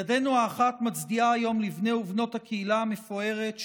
ידנו האחת מצדיעה היום לבני ובנות הקהילה המפוארת,